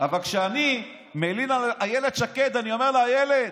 אבל כשאני מלין על איילת שקד, אני אומר לה: איילת,